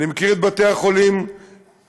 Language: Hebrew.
אני מכיר את בתי-החולים בנצרת,